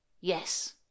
Yes